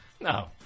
No